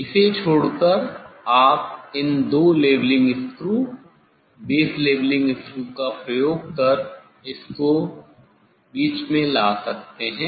इसे छोड़करआप इन दो levelling screw base levelling screw का प्रयोग कर इसको मध्य में ला सकते हैं